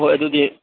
ꯍꯣꯏ ꯑꯗꯨꯗꯤ